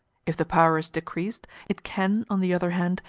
if the power is decreased, it can, on the other hand,